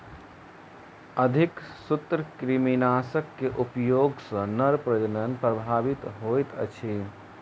अधिक सूत्रकृमिनाशक के उपयोग सॅ नर प्रजनन प्रभावित होइत अछि